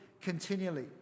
continually